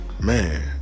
Man